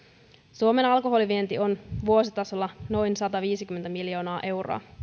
suomen alkoholivienti on vuositasolla noin sataviisikymmentä miljoonaa euroa